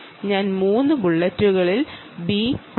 ഞാൻ 3 ബുള്ളറ്റുകൾ കാണിച്ചിട്ടുണ്ട്